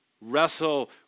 wrestle